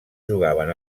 jugaven